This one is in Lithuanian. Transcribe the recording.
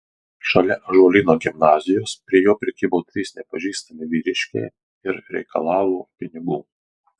šalia ąžuolyno gimnazijos prie jo prikibo trys nepažįstami vyriškai ir reikalavo pinigų